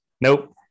Nope